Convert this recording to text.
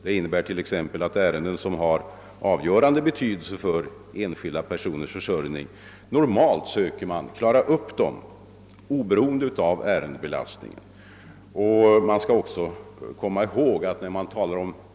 Det innebär t.ex. att man normalt försöker klara av ärenden som har avgörande betydelse för enskilda personers försörjning oberoende av ärendebelastningen i övrigt.